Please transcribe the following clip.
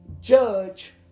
judge